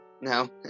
No